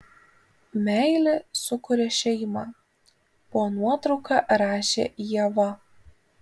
meilė sukuria šeimą po nuotrauka rašė ieva